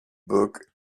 book